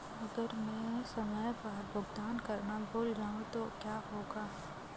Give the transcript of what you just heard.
अगर मैं समय पर भुगतान करना भूल जाऊं तो क्या होगा?